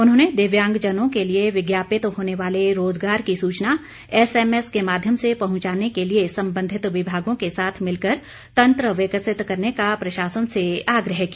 उन्होंने दिव्यांगजनों के लिए विज्ञापित होने वाले रोजगार की सुचना एसएमएस के माध्यम से पहंचाने के लिए संबंधित विभागों के साथ मिलकर तंत्र विकसित करने का प्रशासन से आग्रह किया